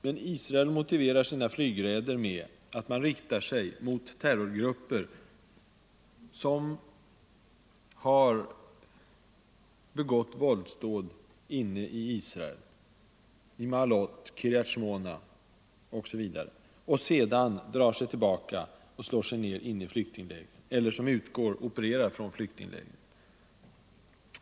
Men Israel motiverar sina flygraider med att man riktar dem mot terrorgrupper som har begått våldsdåd inne i Israel, i Maalot, Qiryat Shemona osv., och sedan drar sig tillbaka och slår sig ned inne i flyktinglägren, dvs. grupper som opererar från flyktinglägren.